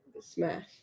smash